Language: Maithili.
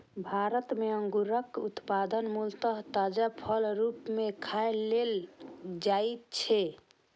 भारत मे अंगूरक उत्पादन मूलतः ताजा फलक रूप मे खाय लेल कैल जाइ छै